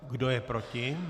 Kdo je proti?